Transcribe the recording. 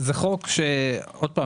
שוב,